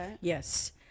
yes